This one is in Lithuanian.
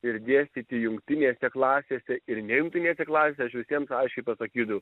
ir dėstyti jungtinėse klasėse ir nejungtinėse klasėse aš visiems aiškiai pasakydavau